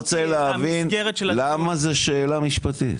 אני רוצה להבין למה זה שאלה משפטית?